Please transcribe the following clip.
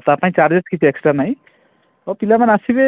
ତା ପାଇଁ ଚାର୍ଜେସ୍ କିଛି ଏକ୍ସଟ୍ରା ନାଇ ଓ ପିଲାମାନେ ଆସିବେ